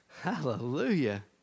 Hallelujah